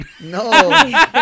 No